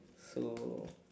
so